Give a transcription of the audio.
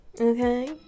okay